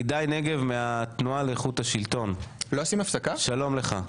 הידי נגב מהתנועה לאיכות השלטון, שלום לך.